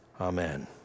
Amen